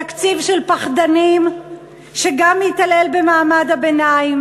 תקציב של פחדנים שגם מתעלל במעמד הביניים